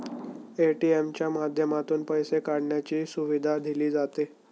ATM च्या माध्यमातून पैसे काढण्याची सुविधा दिली जाते